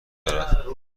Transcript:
دارد